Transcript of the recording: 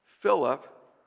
Philip